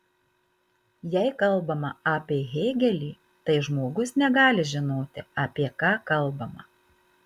jei kalbama apie hėgelį tai žmogus negali žinoti apie ką kalbama